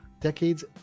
decades